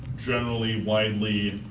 generally widely